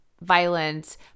violent